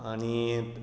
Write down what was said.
आनी